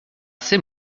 ces